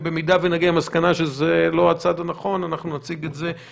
במידה שנגיע למסקנה שזה לא הצעד הנכון או כן,